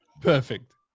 Perfect